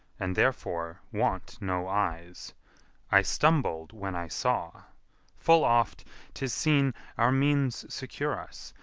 and therefore want no eyes i stumbled when i saw full oft tis seen our means secure us,